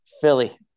Philly